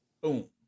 Boom